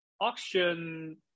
auction